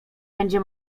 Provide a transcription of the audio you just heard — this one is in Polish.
będzie